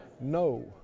No